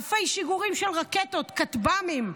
אלפי שיגורים של רקטות, כטב"מים,